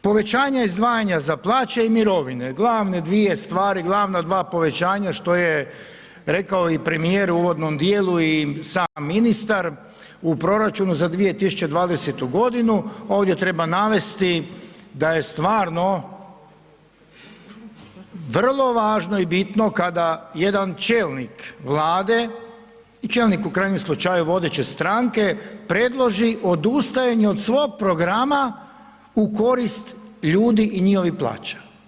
Povećanje izdvajanja za plaće i mirovine, glavne dvije stvari, glavna dva povećanja što je rekao i premijer u uvodnom djelu i sam ministar, u proračunu za 2020. g., ovdje treba navesti da je stvarno vrlo važno i bitno kada jedan čelnik Vlade, čelnik u krajnjem slučaju vodeće stranke, predloži odustajanje od svog programa u korist ljudi i njihovih plaća.